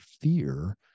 fear